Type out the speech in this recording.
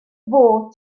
fod